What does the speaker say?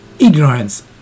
ignorance